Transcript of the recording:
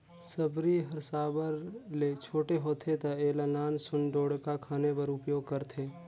सबरी हर साबर ले छोटे होथे ता एला नान सुन ढोड़गा खने बर उपियोग करथे